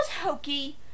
hokey